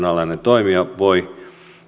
alainen toimija voi